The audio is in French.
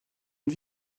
une